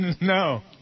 No